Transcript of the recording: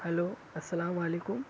hello السلام علیکم